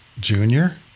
Junior